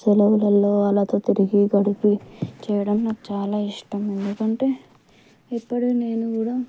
సెలవులలో వాళ్ళతో తిరిగి గడిపి చేయడం నాకు చాలా ఇష్టం ఎందుకంటే ఇప్పుడు నేను కూడా